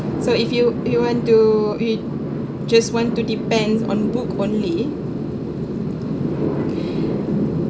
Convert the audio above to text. so if you you want to we just want to depends on book only